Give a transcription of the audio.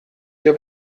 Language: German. der